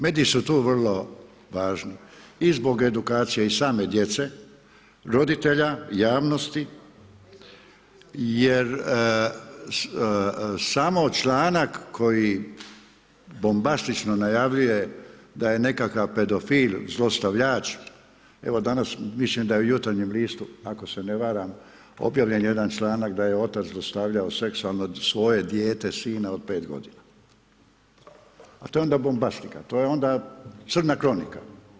Mediji su tu vrlo važni i zbog edukacije i same djece roditelja, javnosti jer samo članak koji bombastično najavljuje da je nekakav pedofil, zlostavljač, evo danas, mislim da je u jutarnjem listu, ako se ne varam, obavljen jedan članak da je otac zlostavljao seksualno, svoje dijete, sina od 5 g. Pa to je onda bombastička, to je onda crna kronika.